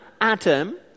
Adam